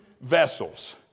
vessels